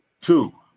Two